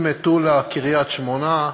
ממטולה, קריית-שמונה,